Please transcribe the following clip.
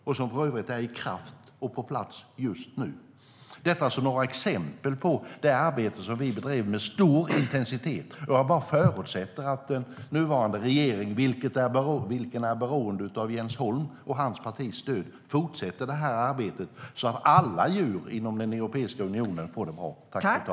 Just nu är det i kraft och på plats.